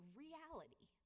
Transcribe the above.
reality